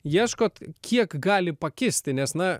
ieškot kiek gali pakisti nes na